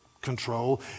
control